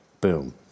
Boom